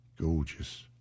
Gorgeous